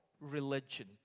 religion